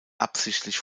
absichtlich